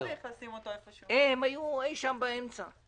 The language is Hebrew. הציבור של בצלאל היו אי-שם באמצע.